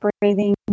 breathing